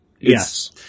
Yes